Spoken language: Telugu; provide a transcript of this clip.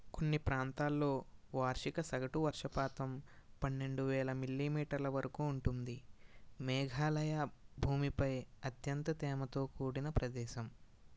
కొన్ని ప్రాంతాల్లో వార్షిక సగటు వర్షపాతం పన్నెండు వేల మిల్లీమీటర్ల వరకు ఉంటుంది మేఘాలయ భూమిపై అత్యంత తేమతో కూడిన ప్రదేశం